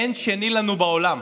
אין שני לנו בעולם.